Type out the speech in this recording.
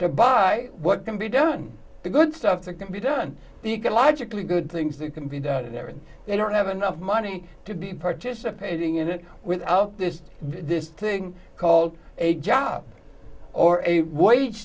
to buy what can be done the good stuff that can be done ecologically good things that can be done in there and they don't have enough money to be participating in it without this this thing called a job or a wage